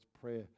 prayer